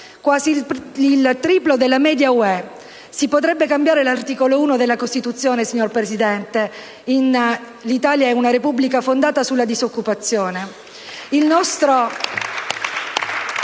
quasi il triplo della media dell'Unione. Si potrebbe cambiare l'articolo 1 della Costituzione, signor Presidente, nel seguente: «L'Italia è una Repubblica fondata sulla disoccupazione»